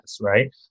right